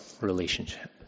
relationship